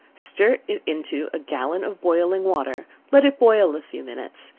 stir it into a gallon of boiling water, let it boil a few minutes,